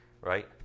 right